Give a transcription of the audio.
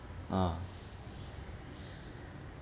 ah